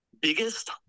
Biggest